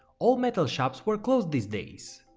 all metal shops were close these days.